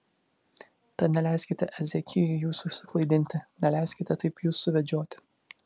tad neleiskite ezekijui jūsų suklaidinti neleiskite taip jus suvedžioti